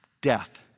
Death